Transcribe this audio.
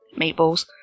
meatballs